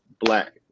black